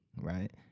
Right